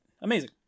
Amazing